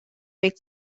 make